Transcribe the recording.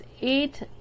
Eight